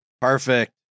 Perfect